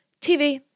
TV